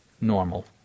normal